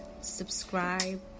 subscribe